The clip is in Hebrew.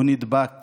הוא נדבק